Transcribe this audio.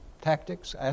Tactics